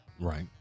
Right